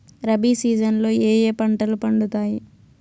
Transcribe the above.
rabi season లో ఏ ఏ పంటలు పండుతాయి